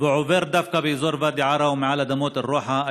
שעובר דווקא באזור ואדי עארה ומעל אדמות אל-רוחה,